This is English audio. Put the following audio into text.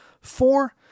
Four